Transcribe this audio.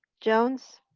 jones,